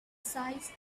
size